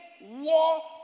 war